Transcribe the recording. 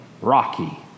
Rocky